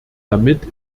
damit